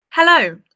Hello